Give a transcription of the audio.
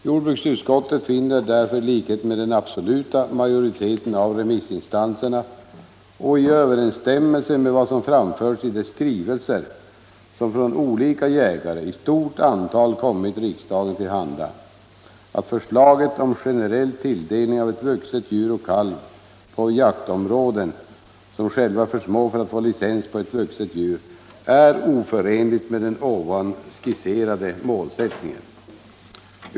Jordbruksutskottet finner därför i likhet med den absoluta majoriteten av remissinstanserna och i överensstämmelse med vad som framförts i de skrivelser som från olika jägare i stort antal kommit riksdagen till handa att förslaget om generell tilldelning av ett vuxet djur och kalv på jaktområden, som själva är för små för att få licens på ett vuxet djur, är oförenligt med den skisserade målsättningen.